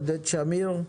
עודד שמיר?